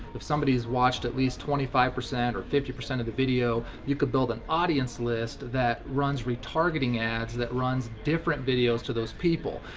if somebody's watched at least twenty five percent or fifty percent of the video, you could build an audience list that runs retargeting ads that runs different videos to those people.